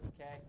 okay